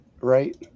Right